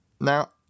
Now